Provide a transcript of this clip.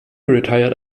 retired